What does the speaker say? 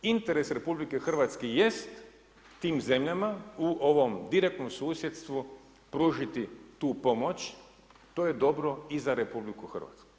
Interes RH jest tim zemljama a u ovom direktnom susjedstvu pružiti tu pomoć to je dobro i za RH.